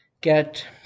get